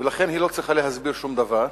ולכן היא לא צריכה להסביר שום דבר.